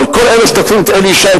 אבל כל אלה שתוקפים את אלי ישי,